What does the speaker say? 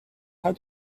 how